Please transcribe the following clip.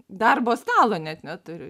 darbo stalo net neturiu